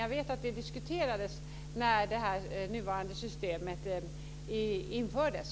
Jag vet att det diskuterades när det nuvarande systemet infördes.